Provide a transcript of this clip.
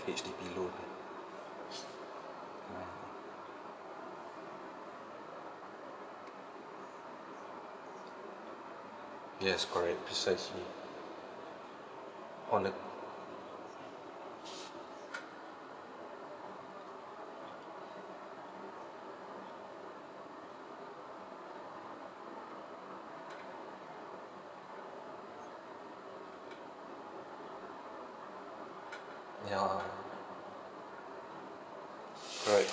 H_D_B loan yes correct precisely on a ya right